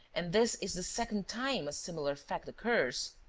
and this is the second time a similar fact occurs.